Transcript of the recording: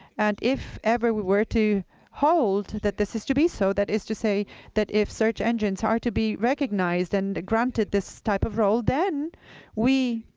and if ever we were to hold that this is to be so that is to say that if search engines are to be recognized and granted this type of role, then we,